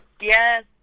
Yes